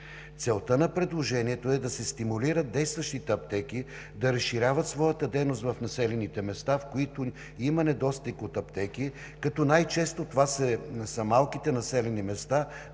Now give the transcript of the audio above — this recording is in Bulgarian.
Целта на предложението е да се стимулират действащите аптеки да разширяват своята дейност в населените места, в които има недостиг от аптеки, като най-често това са малките населени места,